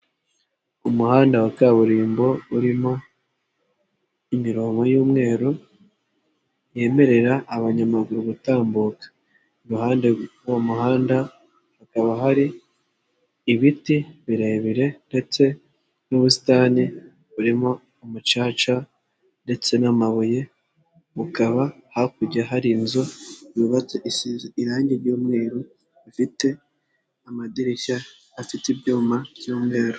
Umuhanda wa kaburimbo urimo imirongo y'umweru, yemerera abanyamaguru gutambuka iruhande rw' uwo muhanda hakaba hari ibiti birebire ndetse n'ubusitani burimo umucaca, ndetse n'amabuye bukaba hakurya hari inzu yubatse irangi ry'umweru ifite amadirishya afite ibyuma by'umweru.